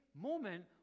moment